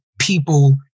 people